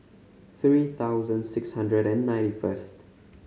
three thousand six hundred and ninety first